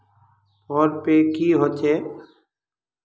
Phone पै की होचे?